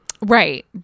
Right